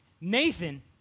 Nathan